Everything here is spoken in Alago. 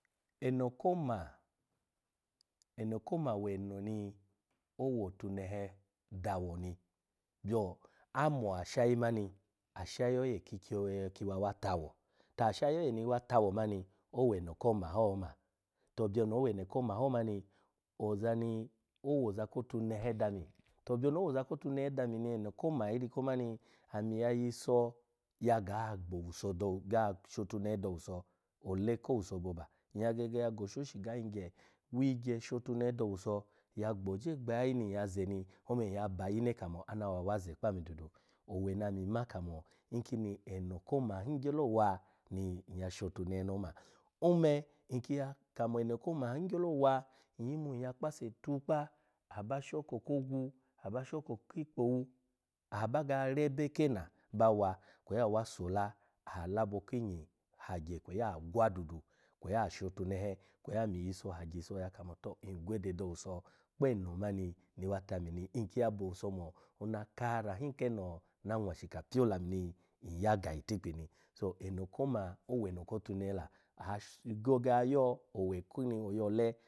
Eno koma, eno koma weno ni owo otunehe dawo ni byo amo ashayi mani, ashayi oye ki kyoweye ki wa tawo, ta ashayi oye ni wa tawo mani, oweno koma to byoni oweno koma ho mani, ozani, owoza kotunehe dami, byoni owoza kotunehe dami ni eno koma iri ko mani ami ya yiso ya ga gbo owuso do ya ga shotunehe do owuso ole ko owuso boba, nyya gege ya go oshoshi ga yigye wigye shotunehe ya gboje gba yayi ni nyya ze ni ome nyya ba ayine kamo ana wa wa ze kpa ami dudu. Owe ni ami ma kamo nkini eno koma hin gyelo wa ni nyya shotunele ni oma ome nki ya kamo eno koman gyelo wa nyyimu nyya kpa ase tukpa aba shoko ko ogwu, aba shoko ki ikpowu, aha baga rebe kena bawa kweyi awa sola kweyi aha labo kinyi hagye kweyi agwa dudu kweyi ashotunehe kweyi ami yiso hagye iso ya kamo to ngwede do owuso kpe eno mani ni wa tani ni, nki ya bo owuso mo ona kara hin keno na nwashika pyo olamu ni nyya ga itikpi ni. So, eno koma, owewo kotunehe la, aha se ghege ayo owe kini oyo ole.